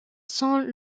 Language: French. sans